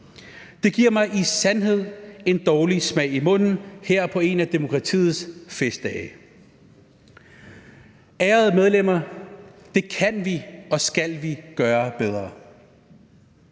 Det giver mig i sandhed en dårlig smag i munden her på en af demokratiets festdage. Ærede medlemmer, det kan vi og skal vi gøre bedre.